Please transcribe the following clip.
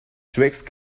twixt